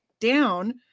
down